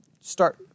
start